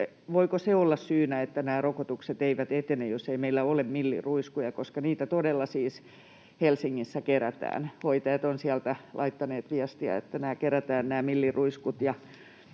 Voiko se olla syynä siihen, että nämä rokotukset eivät etene, että ei meillä ole milliruiskuja, koska niitä todella siis Helsingissä kerätään? Hoitajat ovat sieltä laittaneet viestiä, että nämä milliruiskut kerätään,